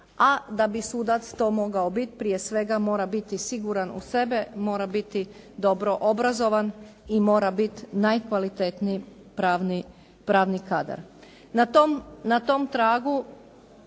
a da bi sudac to mogao biti prije svega mora biti siguran u sebe, mora biti dobro obrazovan i mora biti najkvalitetniji pravni kadar.